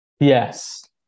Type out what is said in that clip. yes